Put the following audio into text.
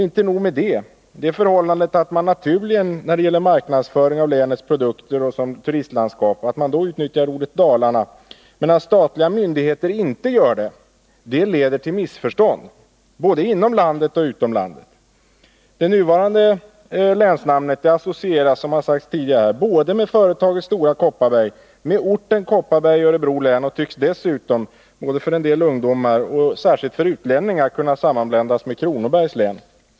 Inte nog med det: det förhållandet att man vid marknadsföringen av länets produkter och i turistsammanhang naturligen utnyttjar ordet Dalarna medan statliga myndigheter inte gör det, leder till missförstånd både inom och utom landet. Det nuvarande länsnamnet associeras, som man sagt tidigare här, både med företaget Stora Kopparbergs Bergslags AB och med orten Kopparberg i Örebro län. Det tycks dessutom av en del ungdomar och särskilt av 111 utlänningar kunna sammanblandas med Kronobergs län.